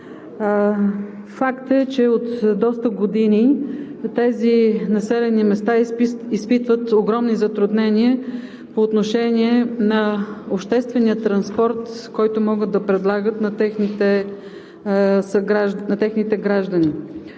Факт е, че от доста години по тези населени места изпитват огромни затруднения по отношение на обществения транспорт, който могат да предлагат на техните граждани.